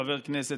כחבר כנסת,